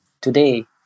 today